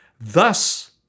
Thus